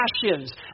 passions